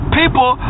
people